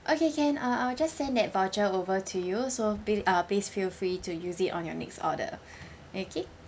okay can uh I'll just send that voucher over to you so pl~ uh please feel free to use it on your next order okay